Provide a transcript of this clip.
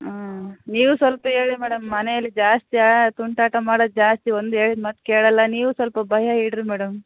ಹ್ಞೂ ನೀವು ಸ್ವಲ್ಪ ಹೇಳಿ ಮೇಡಮ್ ಮನೆಯಲ್ಲಿ ಜಾಸ್ತಿ ತುಂಟಾಟ ಮಾಡೋದು ಜಾಸ್ತಿ ಒಂದೂ ಹೇಳಿದ ಮಾತು ಕೇಳಲ್ಲ ನೀವೂ ಸ್ವಲ್ಪ ಭಯ ಇಡಿರಿ ಮೇಡಮ್